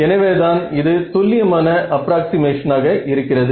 எனவேதான் இது துல்லியமான அப்ராக்ஸிமேஷனாக இருக்கிறது